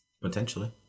Potentially